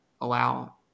allow